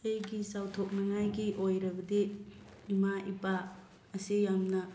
ꯑꯩꯒꯤ ꯆꯥꯎꯊꯣꯛꯅꯤꯡꯉꯥꯏꯒꯤ ꯑꯣꯏꯔꯕꯗꯤ ꯏꯃꯥ ꯏꯄꯥ ꯑꯁꯤ ꯌꯥꯝꯅ